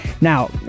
now